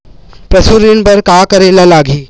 पशु ऋण बर का करे ला लगही?